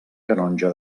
canonge